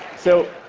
so,